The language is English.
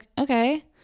Okay